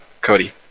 Cody